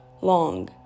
long